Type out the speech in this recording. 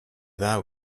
thou